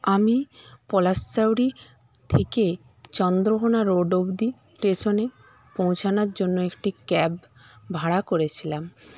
আমি পলাশসাওরি থেকে চন্দ্রকোনা রোড অবধি স্টেশনে পৌঁছানোর জন্য একটি ক্যাব ভাড়া করেছিলাম